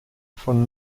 von